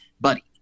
buddy